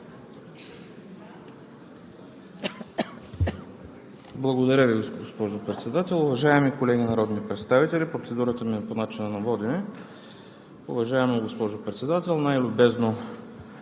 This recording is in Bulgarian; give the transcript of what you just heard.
Благодаря Ви, госпожо Председател. Уважаеми колеги народни представители! Процедурата ми е по начина на водене. Уважаема госпожо Председател, най-любезно,